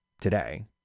today